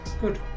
Good